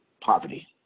poverty